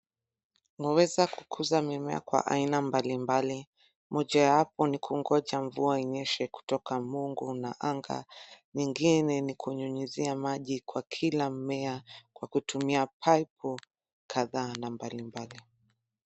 Unaweza kukuza mimea kwa aina mbalimbali, moja wapo ni kungoja mvua inyeshe kutoka Mungu na anga. Ingine ni kunyunyuzia maji kwa kila mmea kwa kutumia pipe kadhaa na mbalimbali.